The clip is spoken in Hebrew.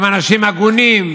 הם אנשים הגונים,